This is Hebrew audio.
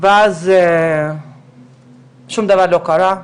ואז שום דבר לא קרה.